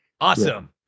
Awesome